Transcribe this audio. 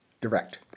direct